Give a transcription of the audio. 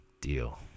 Deal